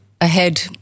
ahead